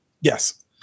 Yes